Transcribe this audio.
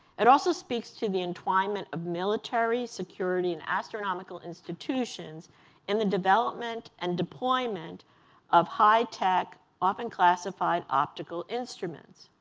it also speaks to the entwinement of military security and astronomical institutions and the development and deployment of high tech, often classified, optical instruments.